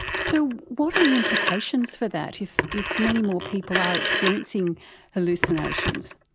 so what are the implications for that if if many more people are experiencing hallucinations?